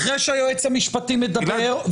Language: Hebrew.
אחרי שהיועץ המשפטי מדבר,